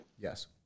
Yes